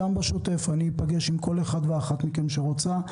גם בשוטף אני אפגש עם כל אחד ואחת מכם שרוצה,